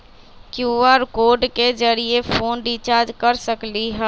QR code के जरिय phone recharge कर सकली ह?